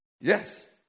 Yes